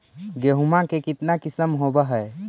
गेहूमा के कितना किसम होबै है?